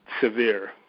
severe